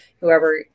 whoever